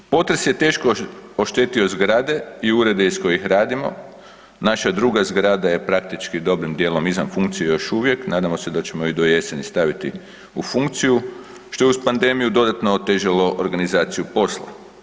Potres je teško oštetio zgrade i urede iz kojih radimo, naša druga zgrada je praktički dobrim dijelom izvan funkcije još uvijek, nadamo se da ćemo je do jeseni staviti u funkciju, što je uz pandemiju dodatno otežalo organizaciju posla.